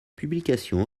publication